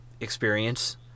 experience